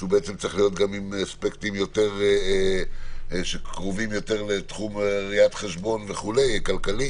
שצריך להיות עם אספקטים שקרובים יותר לתחום ראיית חשבון וכלכלה.